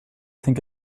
think